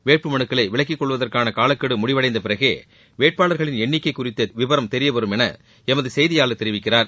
வேட்பு மனுக்களை விலக்கிக் கொள்வதற்கான காலக்கெடு முடிவடைந்த பிறகே வேட்பாளர்களின் எண்ணிக்கை குறித்து தெரியவரும் என எமது செய்தியாளர் தெரிவிக்கிறார்